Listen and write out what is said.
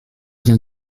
vient